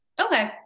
Okay